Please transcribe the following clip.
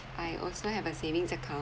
I also have a savings account